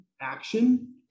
action